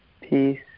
peace